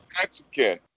Mexican